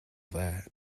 that